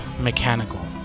mechanical